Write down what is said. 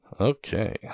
Okay